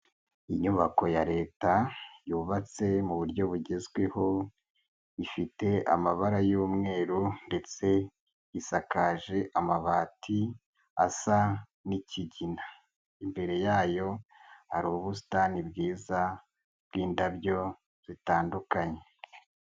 Inyubako ya Leta yubatse mu buryo bugezweho ifite amabara y'umweru ndetse isakaje amabati asa n'kigina, imbere yayo hari ubusitani bwiza bw'indabyo zitandukanye.